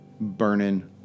burning